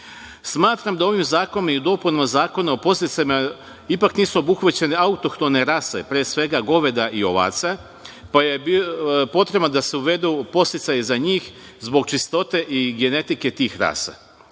da ovim zakonom i dopunama Zakona o podsticajima, ipak nisu obuhvaćene autohtone rase, pre svega goveda i ovaca, pa je potrebno da se uvedu podsticaji za njih, zbog čistote i genetike tih rasa.